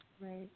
Right